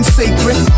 sacred